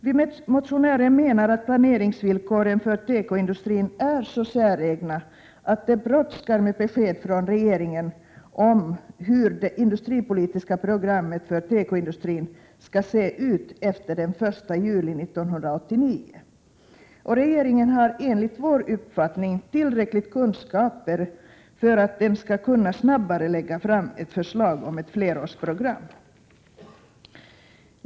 Vi motionärer menar att planeringsvillkoren för tekoindustrin är så säregna att det brådskar med besked från regeringen om hur det industripolitiska programmet för tekoindustrin skall se ut efter den 1 juli 1989. Regeringen har enligt vår uppfattning tillräckligt med kunskaper för att den skall kunna snabbare lägga fram ett förslag om ett flerårsprogram.